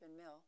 Mill